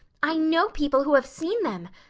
i know people who have seen them.